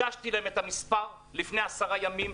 הגשתי להם את המספר לפני עשרה ימים,